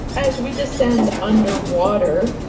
as we descend underwater,